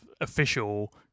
official